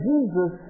Jesus